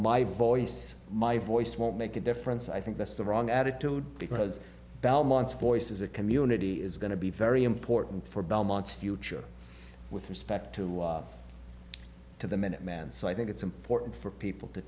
my voice my voice won't make a difference i think that's the wrong attitude because belmont's voice is a community is going to be very important for belmont's future with respect to to the minuteman so i think it's important for people to